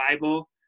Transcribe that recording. Bible